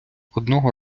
одного